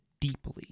deeply